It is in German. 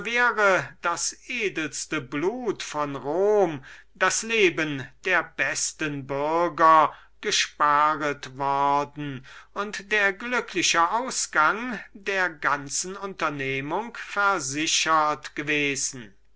wäre das edelste blut von rom das kostbare leben der besten bürger gesparet worden und der glückliche ausgang der ganzen unternehmung versichert gewesen